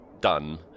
done